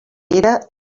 era